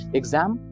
exam